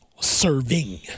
serving